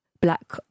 black